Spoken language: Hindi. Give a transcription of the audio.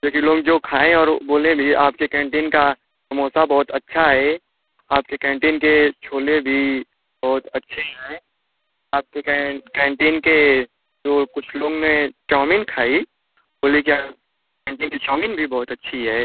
जोकि लोग जो खाएँ और बोले भी आपके कैंटीन का समोसा बहुत अच्छा है आपके कैंटीन के छोले भी बहुत अच्छे हैं आपके कैन कैंटीन के जो कुछ लोग ने चउमीन खाई बोले क्या कैंटीन में चउमीन भी बहुत अच्छी है